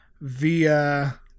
via